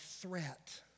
threat